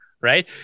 right